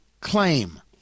claim